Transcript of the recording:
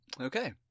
Okay